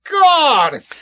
God